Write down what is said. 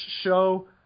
show